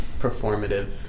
performative